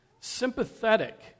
Sympathetic